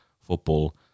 football